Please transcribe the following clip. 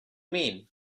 mean